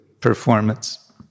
performance